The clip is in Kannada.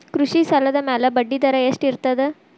ಕೃಷಿ ಸಾಲದ ಮ್ಯಾಲೆ ಬಡ್ಡಿದರಾ ಎಷ್ಟ ಇರ್ತದ?